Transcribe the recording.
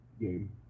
game